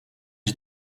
het